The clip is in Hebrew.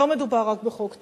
לא מדובר רק בחוק טל.